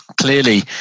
Clearly